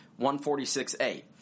146a